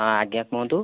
ହଁ ଆଜ୍ଞା କୁହନ୍ତୁ